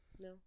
No